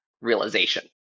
realization